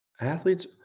Athletes